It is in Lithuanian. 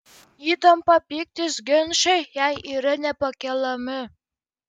įtampa pyktis ginčai jai yra nepakeliami